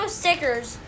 stickers